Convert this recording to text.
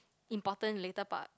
important later part